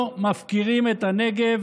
לא מפקירים את הנגב.